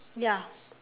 ya